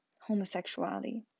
homosexuality